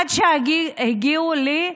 עד שהגיעו אליי,